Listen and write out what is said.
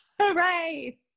Hooray